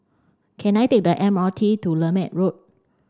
can I take the M R T to Lermit Road